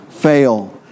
fail